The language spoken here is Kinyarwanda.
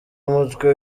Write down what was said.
umutwe